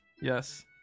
Yes